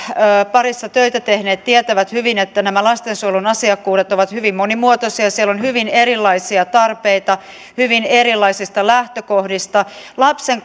parissa töitä tehneet tietävät hyvin että nämä lastensuojelun asiakkuudet ovat hyvin monimuotoisia siellä on hyvin erilaisia tarpeita hyvin erilaisista lähtökohdista lapsen